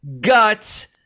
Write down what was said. gut